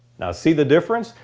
now see the difference?